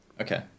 Okay